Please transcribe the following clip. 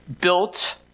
built